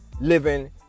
Living